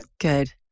Good